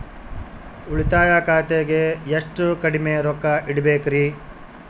ಉಳಿತಾಯ ಖಾತೆಗೆ ಎಷ್ಟು ಕಡಿಮೆ ರೊಕ್ಕ ಇಡಬೇಕರಿ?